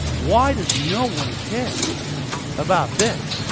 why does no one care about this